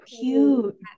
cute